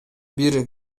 бир